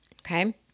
okay